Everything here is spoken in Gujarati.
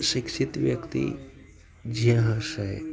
શિક્ષિત વ્યક્તિ જ્યાં હશે